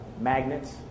magnets